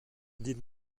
did